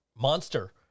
monster